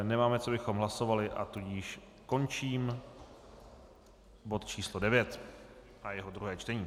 Nemáme o čem bychom hlasovali, a tudíž končím bod číslo 9 a jeho druhé čtení.